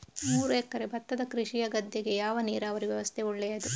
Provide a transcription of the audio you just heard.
ಮೂರು ಎಕರೆ ಭತ್ತದ ಕೃಷಿಯ ಗದ್ದೆಗೆ ಯಾವ ನೀರಾವರಿ ವ್ಯವಸ್ಥೆ ಒಳ್ಳೆಯದು?